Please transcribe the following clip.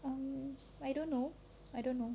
um I don't know I don't know